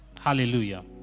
Hallelujah